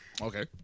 Okay